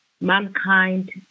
mankind